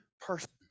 persons